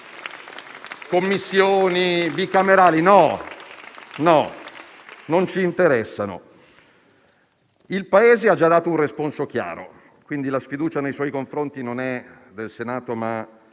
Commissioni bicamerali no, non ci interessano. Il Paese ha già dato un responso chiaro, quindi la sfiducia nei suoi confronti non è del Senato, ma